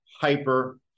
hyper